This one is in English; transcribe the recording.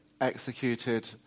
executed